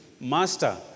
Master